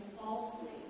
falsely